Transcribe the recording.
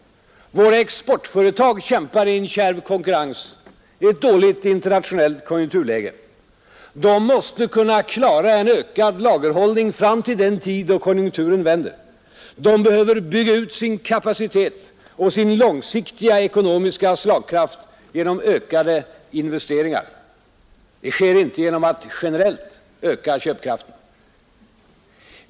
Våra exportföretag kämpar i en kärv konkurrens i ett dåligt internationellt konjunkturläge. De måste kunna klara en ökad lagerhållning fram till den tid då konjunkturen vänder, de behöver bygga ut sin kapacitet och sin långsiktiga ekonomiska slagkraft genom ökade investeringar. Det sker inte genom att generellt öka köpkraften.